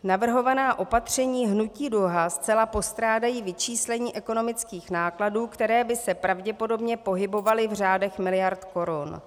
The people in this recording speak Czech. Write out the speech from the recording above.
Navrhovaná opatření Hnutí Duha zcela postrádají vyčíslení ekonomických nákladů, které by se pravděpodobně pohybovaly v řádech miliard korun.